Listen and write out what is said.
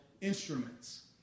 instruments